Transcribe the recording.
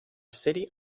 city